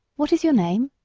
what is your name?